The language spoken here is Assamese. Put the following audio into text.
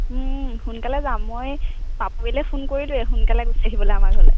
সোনকালে যাম মই পাপৰিলে ফোন কৰিলোৱে সোনকালে গুচি আহিবলৈ আমাৰ ঘৰলৈ